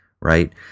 right